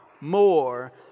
more